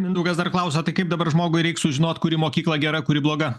mindaugas dar klausiate o tai kaip dabar žmogui reik sužinot kuri mokykla gera kuri bloga